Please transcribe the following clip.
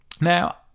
Now